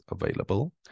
available